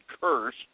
curse